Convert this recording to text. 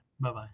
Bye-bye